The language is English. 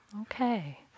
Okay